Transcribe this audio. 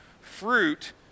Fruit